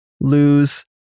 lose